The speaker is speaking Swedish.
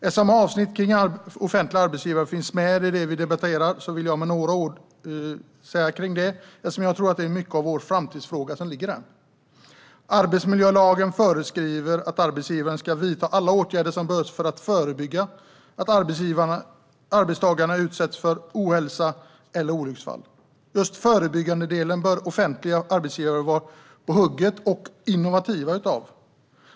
Eftersom avsnittet om offentliga arbetsgivare finns med i det vi debatterar vill jag säga några ord om det, eftersom jag tror många av våra framtidsfrågor ligger där. Arbetsmiljölagen föreskriver att arbetsgivaren ska vidta alla åtgärder som behövs för att förebygga att arbetstagarna utsätts för ohälsa eller olycksfall. Just när det gäller förebyggandedelen bör offentliga arbetsgivare vara på hugget och vara innovativa.